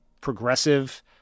progressive